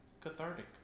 cathartic